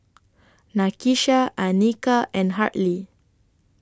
Nakisha Anika and Hartley